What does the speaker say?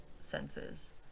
senses